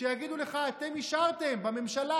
שיגידו לך: אתם אישרתם בממשלה,